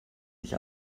sich